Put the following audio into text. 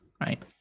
right